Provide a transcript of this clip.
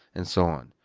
and so on.